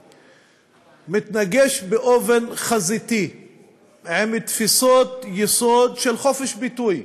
מתנגש באופן חזיתי עם תפיסות יסוד של חופש ביטוי.